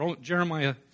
Jeremiah